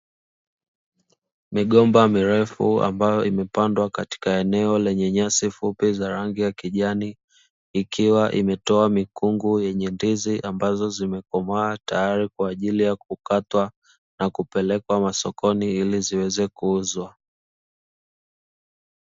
Migomba mirefu ambayo imepandwa katika eneo lenye nyasi fupi za rangi ya kijani, ikiwa imetoa mikungu yenye ndizi ambazo zimekomaa tayari kwa ajili ya kukatwa na kupelekwa masokoni ili ziweze kuuzwa.